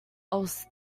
else